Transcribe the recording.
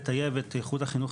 לטייב את ייחוד החינוך,